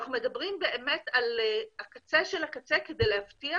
אנחנו מדברים באמת על הקצה של הקצה כדי להבטיח